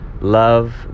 love